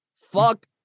Fuck